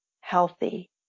healthy